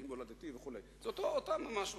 מוכרים אותה ומאותו